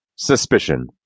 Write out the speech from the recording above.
Suspicion